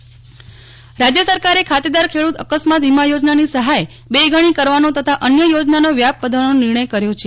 નેહલ ઠકકર રાજય સરકાર રાજ્ય સરકારે ખાતેદાર ખેડૂત અકસ્માત વીમા યોજનાની સહાય બે ગણી કરવાનો તથા અન્ય યોજનાનો વ્યાપ વધારવાનો નિર્ણય કર્યો છે